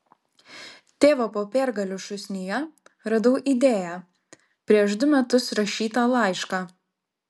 tėvo popiergalių šūsnyje radau idėją prieš du metus rašytą laišką